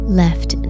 left